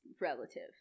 relative